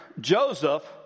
Joseph